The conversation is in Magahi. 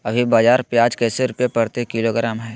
अभी बाजार प्याज कैसे रुपए प्रति किलोग्राम है?